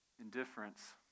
indifference